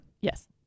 Yes